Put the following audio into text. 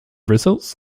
results